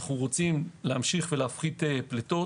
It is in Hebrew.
אנו רוצים להמשיך להפחית פליטות.